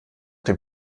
dem